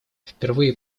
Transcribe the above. впервые